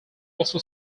also